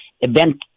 event